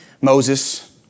Moses